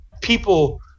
people